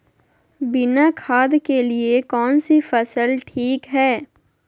बिना खाद के लिए कौन सी फसल ठीक है?